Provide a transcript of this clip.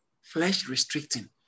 Flesh-restricting